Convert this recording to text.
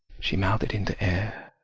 she melted into air.